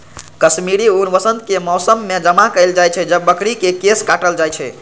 कश्मीरी ऊन वसंतक मौसम मे जमा कैल जाइ छै, जब बकरी के केश काटल जाइ छै